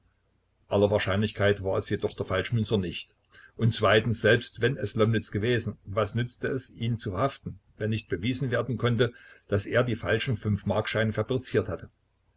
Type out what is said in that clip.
aller wahrscheinlichkeit war es jedoch der falschmünzer nicht und zweitens selbst wenn es lomnitz gewesen was nützte es ihn zu verhaften wenn nicht bewiesen werden konnte daß er die falschen fünfmarkscheine fabriziert hatte